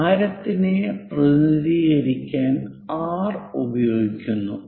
ആരത്തിനെ പ്രതിനിധീകരി ക്കാൻ ആർ ഉപയോഗിക്കുന്നു